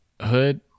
hood